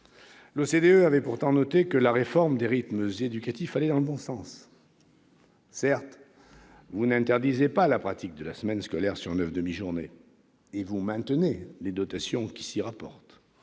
L'OCDE avait pourtant noté que la réforme des rythmes éducatifs allait dans le bon sens. Certes, vous n'interdisez pas la semaine scolaire sur neuf demi-journées et vous maintenez les dotations qui s'y rapportent,